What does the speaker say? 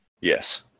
Yes